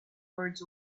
words